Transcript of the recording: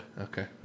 Okay